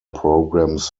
programs